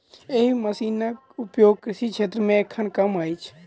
एहि मशीनक उपयोग कृषि क्षेत्र मे एखन कम अछि